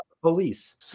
police